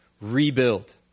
rebuild